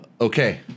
Okay